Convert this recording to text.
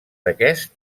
d’aquest